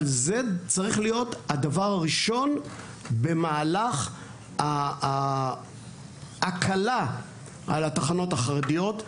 אבל זה צריך להיות הדבר הראשון במהלך ההקלה על התחנות החרדיות.